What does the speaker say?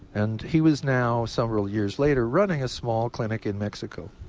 and he was now several years later running a small clinic in mexico